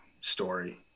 story